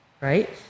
right